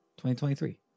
2023